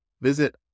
Visit